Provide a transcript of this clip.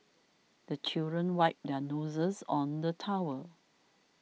the children wipe their noses on the towel